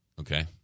okay